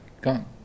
gone